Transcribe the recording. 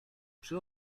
przy